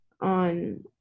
on